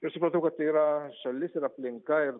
ir supratau kad tai yra šalis ir aplinka ir